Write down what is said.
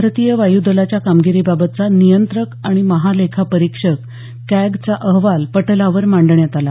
भारतीय वायूदलाच्या कामगिरीबाबतचा नियंत्रक आणि महालेखापरिक्षक कॅगचा अहवाल पटलावर मांडण्यात आला